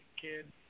kid